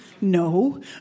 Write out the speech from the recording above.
No